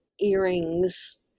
earrings